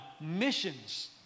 missions